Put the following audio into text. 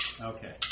Okay